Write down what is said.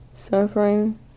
Suffering